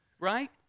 right